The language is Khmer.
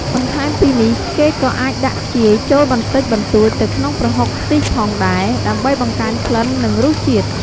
បន្ថែមពីនេះគេក៏អាចដាក់ខ្ជាយចូលបន្តិចបន្តួចទៅក្នុងប្រហុកខ្ទិះផងដែរ ដើម្បីបង្កើនក្លិន និងរសជាតិ។